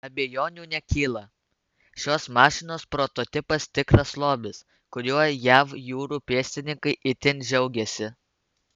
abejonių nekyla šios mašinos prototipas tikras lobis kuriuo jav jūrų pėstininkai itin džiaugiasi